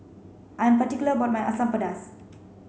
I'm particular about my Asam Pedas